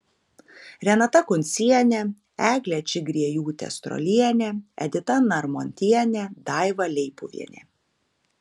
renata kuncienė eglė čigriejūtė strolienė edita narmontienė daiva leipuvienė